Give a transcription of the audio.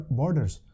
borders